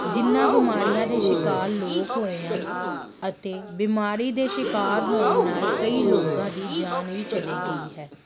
ਜਿਨ੍ਹਾਂ ਬਿਮਾਰੀਆਂ ਦੇ ਸ਼ਿਕਾਰ ਲੋਕ ਹੋਏ ਹਨ ਅਤੇ ਬਿਮਾਰੀ ਦੇ ਸ਼ਿਕਾਰ ਹੋਣ ਨਾਲ ਕਈ ਲੋਕਾਂ ਦੀ ਜਾਨ ਵੀ ਚਲੇੇ ਗਈ ਹੈ